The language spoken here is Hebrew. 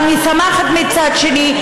אבל משמחת מצד שני,